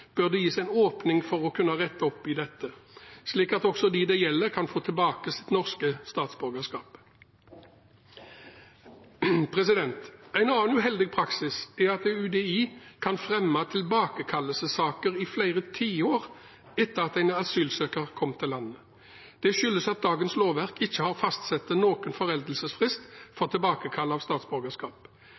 bør det gis en åpning for å kunne rette opp i dette, slik at dem det gjelder kan få tilbake sitt norske statsborgerskap. En annen uheldig praksis er at UDI kan fremme tilbakekallelsessaker i flere tiår etter at en asylsøker kom til landet. Det skyldes at dagens lovverk ikke fastsetter noen foreldelsesfrist for tilbakekall av statsborgerskap.